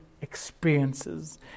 experiences